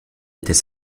était